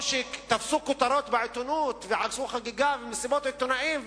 או שתפסו כותרות בעיתונות ועשו חגיגה ומסיבות עיתונאים,